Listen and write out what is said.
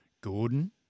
Gordon